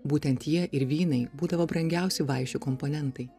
būtent jie ir vynai būdavo brangiausi vaišių komponentai